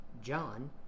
John